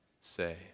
say